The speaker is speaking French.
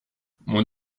mon